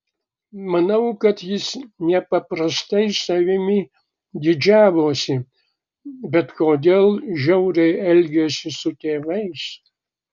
manau kad jis nepaprastai savimi didžiavosi bet kodėl žiauriai elgėsi su tėvais